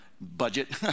budget